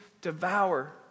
devour